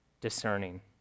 discerning